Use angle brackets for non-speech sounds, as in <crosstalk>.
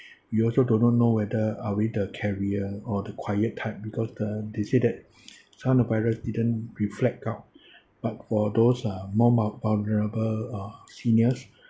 you also do not know whether are we the carrier or the quiet type because the they say <breath> some of the virus didn't reflect out <breath> but for those uh more vul~ vulnerable uh seniors